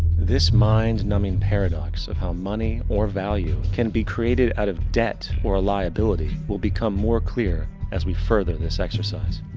this mind numbing paradox, of how money or value can be created out of debt, or liability, will become more clear as we further this exercise.